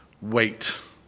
wait